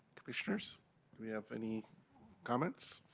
commissioners, do we have any comments?